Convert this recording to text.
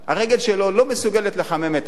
הרגל שלו לא מסוגלת לחמם את עצמה.